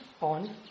on